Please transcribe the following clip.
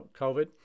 COVID